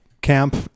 camp